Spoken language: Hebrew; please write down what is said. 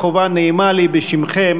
חובה נעימה לי בשמכם